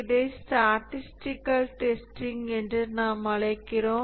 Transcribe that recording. இதை statistical testing என்று நாம் அழைக்கிறோம்